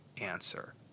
answer